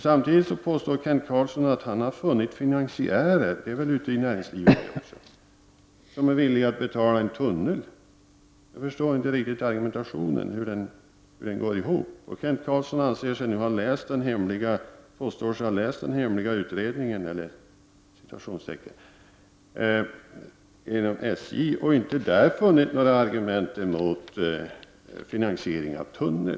Samtidigt påstår han att han funnit finansiärer, det måste ju vara i näringslivet, som är villiga att betala en tunnel. Jag förstår inte riktigt hur denna argumentation går ihop. Kent Carlsson påstår sig ha läst ”den hemliga utredningen” inom SJ och där inte funnit några argument emot en finansiering av en tunnel.